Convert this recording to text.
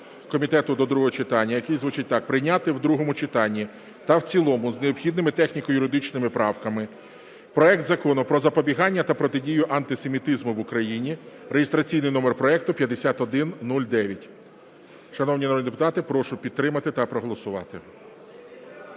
комітету до другого читання, який звучить так. Прийняти в другому читанні та в цілому з необхідними техніко-юридичними правками проект Закону про запобігання та протидію антисемітизму в Україні (реєстраційний номер проекту 5109). Шановні народні депутати, прошу підтримати та проголосувати.